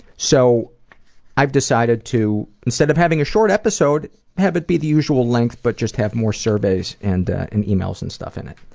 so i've decided to, instead of having a short episode, i'd have it be the usual length but just have more surveys and and emails and stuff in it.